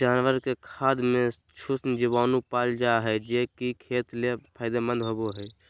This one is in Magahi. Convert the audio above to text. जानवर के खाद में सूक्ष्म जीवाणु पाल जा हइ, जे कि खेत ले फायदेमंद होबो हइ